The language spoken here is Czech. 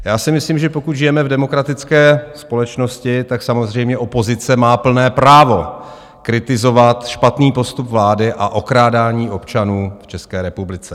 Já si myslím, že pokud žijeme v demokratické společnosti, samozřejmě opozice má plné právo kritizovat špatný postup vlády a okrádání občanů v České republice.